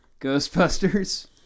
Ghostbusters